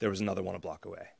there was another one a block away